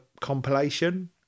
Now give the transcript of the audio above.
compilation